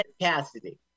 Cassidy